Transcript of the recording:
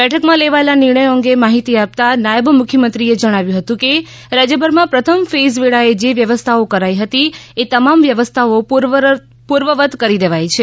બેઠકમાં લેવાયા નિર્ણયો અંગે માહિતી આપતા નાયબ મુખ્યમંત્રીએ જણાવ્યું હતું કે રાજયભરમાં પ્રથમ ફેઈઝ વેળાએ જે વ્યવસ્થાઓ કરાઈ હતી એ તમામ વ્યવસ્થાઓ પૂર્વવત કરી દેવાઈ છે